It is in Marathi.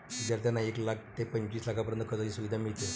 विद्यार्थ्यांना एक लाख ते पंचवीस लाखांपर्यंत कर्जाची सुविधा मिळते